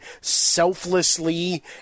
selflessly